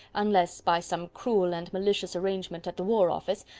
unless, by some cruel and malicious arrangement at the war office,